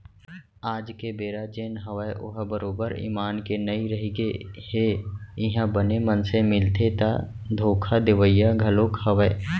आज के बेरा जेन हवय ओहा बरोबर ईमान के नइ रहिगे हे इहाँ बने मनसे मिलथे ता धोखा देवइया घलोक हवय